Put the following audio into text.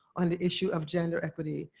on the issue of gender equity.